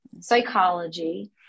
psychology